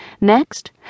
Next